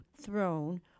throne